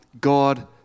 God